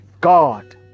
God